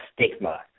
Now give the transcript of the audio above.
stigma